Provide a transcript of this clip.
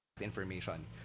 information